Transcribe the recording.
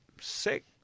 sick